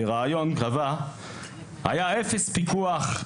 קבע בריאיון: "היה אפס פיקוח,